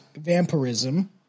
vampirism